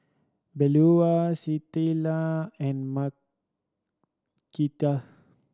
Beaulah Citlali and